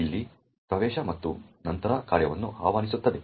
ಇಲ್ಲಿ ಪ್ರವೇಶ ಮತ್ತು ನಂತರ ಕಾರ್ಯವನ್ನು ಆಹ್ವಾನಿಸುತ್ತದೆ